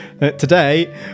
Today